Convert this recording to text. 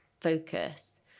focus